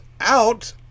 out